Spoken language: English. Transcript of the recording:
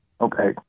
Okay